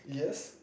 yes